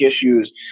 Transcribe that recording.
issues